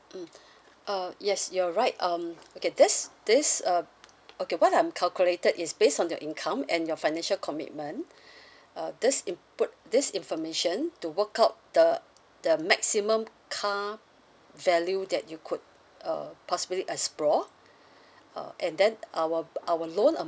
mm uh yes you're right um okay this this uh okay what I'm calculated is based on your income and your financial commitment uh this input this information to work out the the maximum car value that you could uh possibly explore uh and then our our loan